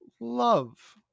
love